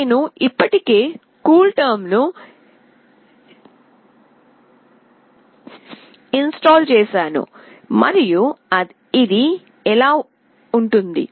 నేను ఇప్పటికే కూల్టెర్మ్ను ఇన్స్టాల్ చేసాను మరియు ఇది ఎలా ఉంటుంది